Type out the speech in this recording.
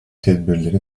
tedbirleri